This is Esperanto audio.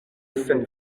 sen